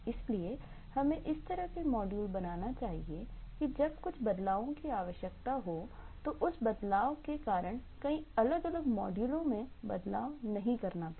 इसलिए हमें इस तरह से मॉड्यूल बनाना चाहिए कि जब कुछ बदलावों की आवश्यकता हो तो उस बदलाव के कारण कई अलग अलग मॉड्यूलों में बदलाव नहीं करना पड़े